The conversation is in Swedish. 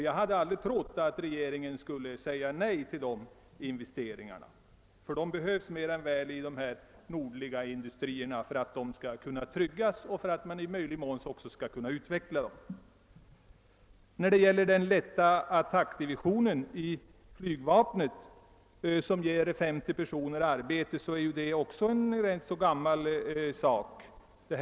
Jag trodde inte att regeringen skulle säga nej till dessa investeringar, ty de behövs mer än väl för att dessa nordliga industrier skall kunna tryggas och för att de i möjlig mån skall kunna utvecklas. Vad gäller den lätta attackflygdivisionen, som ger ett 50-tal personer arbete, är det också ett rätt gammalt projekt.